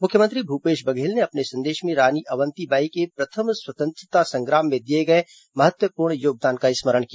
मुख्यमंत्री भूपेश बघेल ने अपने संदेश में रानी अवंतीबाई के प्रथम स्वतंत्रता संग्राम में दिए गए महत्वपूर्ण योगदान का स्मरण किया